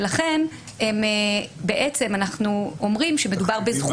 לכן אנחנו אומרים שמדובר בזכות.